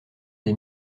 des